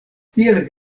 tiel